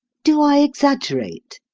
do i exaggerate?